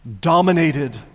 dominated